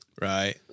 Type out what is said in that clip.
right